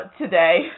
today